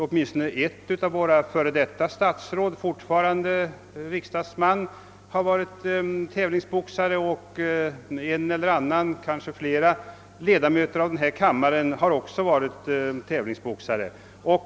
Åtminstone ett av våra f.d. statsråd, som fortfarande är riksdagsman, har varit tävlingsboxare och en eller annan ledamot av denna kammare har också varit tävlingsboxare.